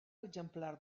exemplar